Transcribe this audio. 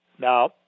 Now